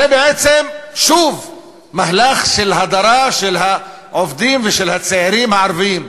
זה בעצם שוב מהלך של הדרה של העובדים הצעירים הערבים.